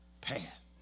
path